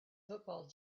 football